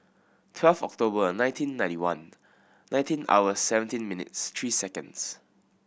twelve October nineteen ninety one nineteen hour seventeen minutes three seconds